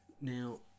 Now